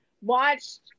watched